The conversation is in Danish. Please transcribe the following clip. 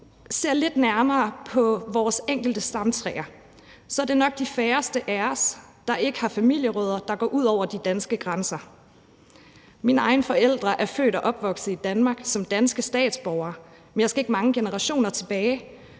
ser lidt nærmere på vores enkeltes stamtræer, så er det nok de færreste af os, der ikke har familierødder, der går ud over de danske grænser. Mine egne forældre er født og opvokset i Danmark som danske statsborgere, men jeg skal ikke mange generationer tilbage,